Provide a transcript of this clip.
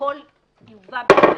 שהכול יובא בפני הוועדה.